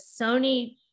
Sony